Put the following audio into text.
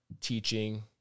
teaching